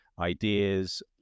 ideas